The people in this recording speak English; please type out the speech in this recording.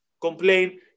complain